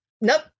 Nope